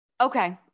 Okay